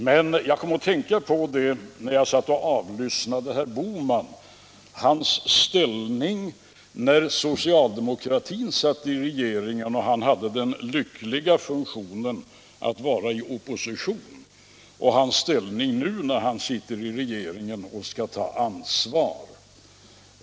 Men jag kom att tänka på det när jag satt och avlyssnade herr Bohman — hans ställning när socialdemokratin satt i regeringen och han hade den lyckliga funktionen att vara i opposition, och hans ställning nu när han sitter i regeringen och skall ta ansvar.